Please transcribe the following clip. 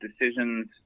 decisions